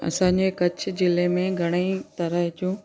असांजे कच्छ जिले में घणेईं तरह जो